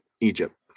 Egypt